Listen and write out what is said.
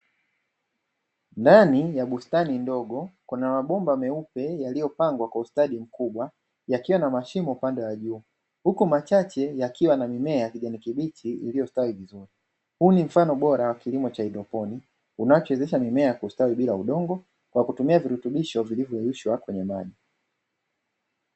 Ndani ya bustani ndogo kuna mabomba meupe yaliyopangwa kwa ustadi mkubwa yakiwa na mashimo upande wa juu, huku machache yakiwa na mimea ya kijani kibichi iliyostawi vizuri. Huu ni mfano bora wa kilimo cha haidroponi kinachowezesha mimea kustawi bila udongo kwa kutumia virutubisho vilivyo yeyushwa ndani ya maji.